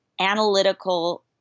analytical